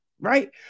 right